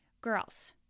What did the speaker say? girls